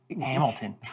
Hamilton